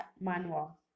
manual